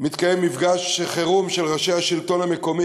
מתקיים מפגש חירום של ראשי השלטון המקומי,